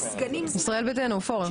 ישראל ביתנו, פורר.